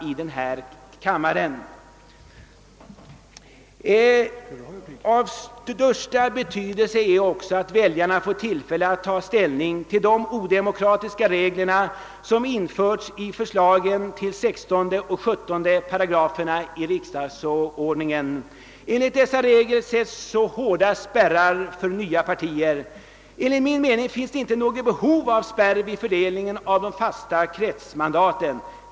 Av största betydelse är också att väljarna får tillfälle att ta ställning till de odemokratiska regler som införts i förslagen till §§ 16 och 17 riksdagsordningen. Dessa regler sätter hårda spärrar för nya partier. Enligt min mening finns det inte något behov av spärr vid fördelningen av de fasta kretsmandaten.